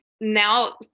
now